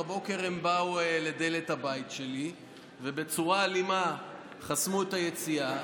הבוקר הם באו לדלת הבית שלי ובצורה אלימה חסמו את היציאה